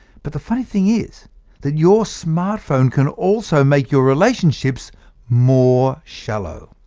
but the funny thing is that your smartphone can also make your relationships more shallow.